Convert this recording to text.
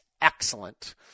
excellent